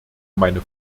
meine